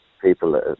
people